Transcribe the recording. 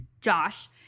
Josh